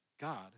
God